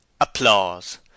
applause